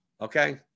Okay